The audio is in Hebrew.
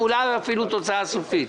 אולי אפילו תוצאה סופית.